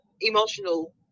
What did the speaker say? emotional